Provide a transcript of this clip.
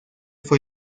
fue